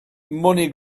money